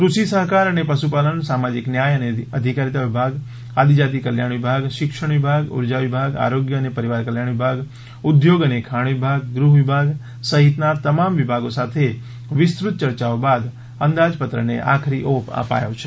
કુષિ સહકાર અને પશુપાલન સામાજિક ન્યાય અને અધિકારિતા વિભાગ આદિજાતિ કલ્યાણ વિભાગ શિક્ષણ વિભાગ ઉર્જા વિભાગ આરોગ્ય અને પરિવાર કલ્યાણ વિભાગ ઉદ્યોગ અને ખાણ વિભાગ ગૃહ વિભાગ સહિતના તમામ વિભાગો સાથે વિસ્તૃત યર્ચાઓ બાદ અંદાજપત્રને આખરી ઓપ અપાયો છે